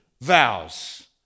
vows